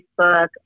Facebook